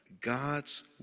God's